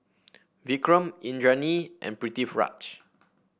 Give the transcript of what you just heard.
Vikram Indranee and Pritiviraj